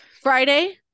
Friday